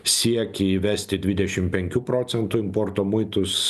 siekį įvesti dvidešim penkių procentų importo muitus